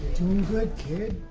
good, kid.